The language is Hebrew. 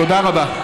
תודה רבה.